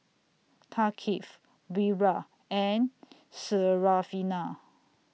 Thaqif Wira and Syarafina